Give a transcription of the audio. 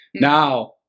Now